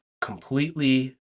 completely